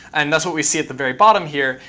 and that's what we see at the very bottom here,